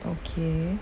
okay